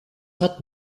hat